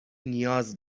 نیاز